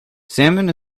salmon